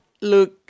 look